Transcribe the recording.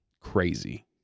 Crazy